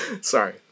Sorry